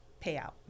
payout